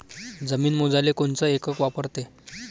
जमीन मोजाले कोनचं एकक वापरते?